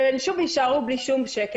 והן שוב יישארו בלי שום שקל.